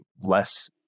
less